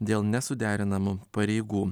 dėl nesuderinamų pareigų